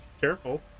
careful